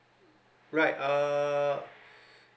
right uh